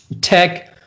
Tech